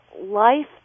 life